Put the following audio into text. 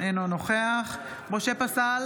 אינו נוכח משה פסל,